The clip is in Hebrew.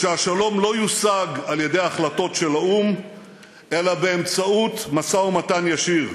שהשלום לא יושג על-ידי החלטות של האו"ם אלא באמצעות משא-ומתן ישיר.